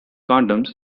condoms